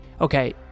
Okay